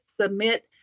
submit